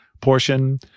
portion